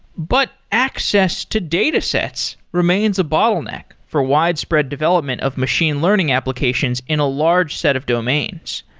but access to datasets remains a bottleneck for widespread development of machine learning applications in a large set of domains.